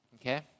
okay